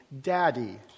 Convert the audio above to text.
Daddy